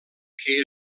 que